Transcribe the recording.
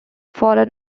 foreign